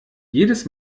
jedes